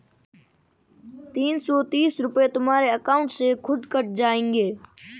तीन सौ तीस रूपए तुम्हारे अकाउंट से खुद कट जाएंगे